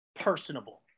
personable